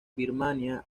birmania